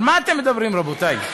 על מה אתם מדברים, רבותי?